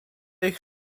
ich